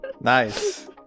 Nice